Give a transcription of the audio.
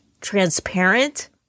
transparent